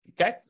okay